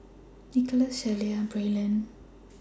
Nicholaus Shelia and Braylen